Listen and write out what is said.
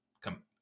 come